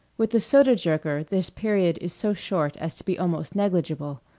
with the soda-jerker this period is so short as to be almost negligible.